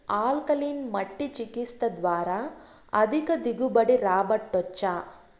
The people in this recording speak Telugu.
ఆల్కలీన్ మట్టి చికిత్స ద్వారా అధిక దిగుబడి రాబట్టొచ్చా